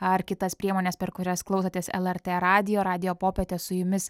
ar kitas priemones per kurias klausotės lrt radijo radijo popietė su jumis